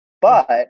but-